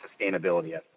sustainability